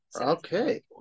Okay